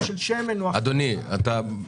תודה.